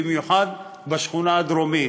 במיוחד בשכונה הדרומית.